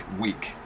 week